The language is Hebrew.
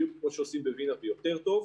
או בדיוק כמו שעושים בווינה ויותר טוב,